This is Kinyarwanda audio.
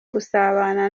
gusabana